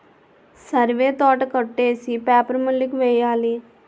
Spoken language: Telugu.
సరివే తోట కొట్టేసి పేపర్ మిల్లు కి వెయ్యాలి